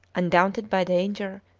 undaunted by danger,